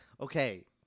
Okay